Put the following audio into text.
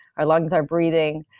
our lungs are breathing.